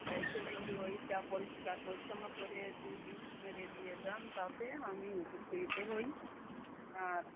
এসে যদি ওইটা পরিষ্কার পরিচ্ছন্ন করে একটু বিষ মেরে দিয়ে যান তাতে আমি উপকৃত হই আর